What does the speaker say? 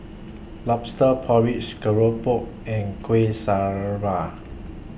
Lobster Porridge Keropok and Kueh Syara